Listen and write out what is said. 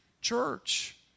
church